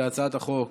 להצעת החוק